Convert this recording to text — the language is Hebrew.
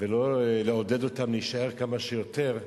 ולא לעודד אותן להישאר כמה שיותר.